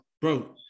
Bro